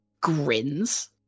grins